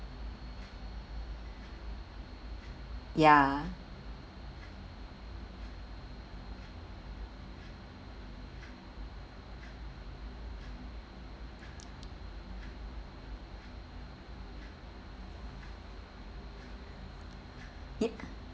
ya